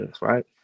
right